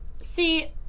See